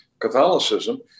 Catholicism